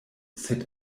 sed